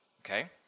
Okay